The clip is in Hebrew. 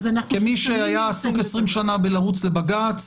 כמי שהיה עסוק עשרים שנה בריצה לבג"ץ